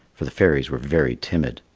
for the fairies were very timid.